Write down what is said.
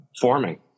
forming